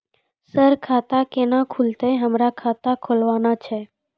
Sir खाता केना खुलतै, हमरा खाता खोलवाना छै?